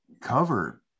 cover